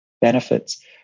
benefits